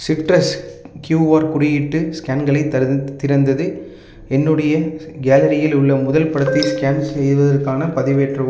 citrus QR குறியீட்டு ஸ்கேன்களை திறந்து என்னுடைய கேலரியில் உள்ள முதல் படத்தை ஸ்கேன் செய்வதற்காகப் பதிவேற்றவும்